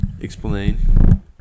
Explain